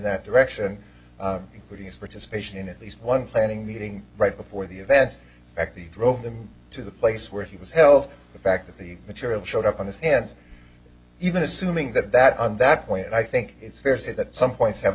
that direction including his participation in at least one planning meeting right before the event that the drove him to the place where he was held the fact that the material showed up on his hands even assuming that that on that point i think it's fair to say that some points have a